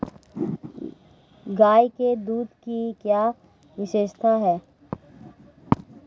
गाय के दूध की क्या विशेषता है?